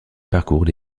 parcourent